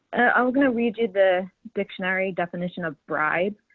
i'm going to read the dictionary definition of bride,